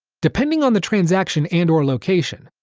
depending on the transaction and or location,